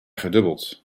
gedubbeld